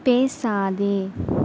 பேசாதே